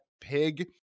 pig